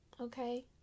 okay